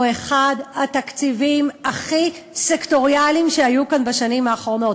הוא אחד התקציבים הכי סקטוריאליים שהיו כאן בשנים האחרונות.